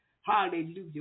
Hallelujah